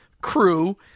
Crew